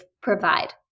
provide